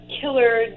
killer